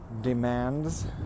demands